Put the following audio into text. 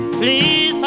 please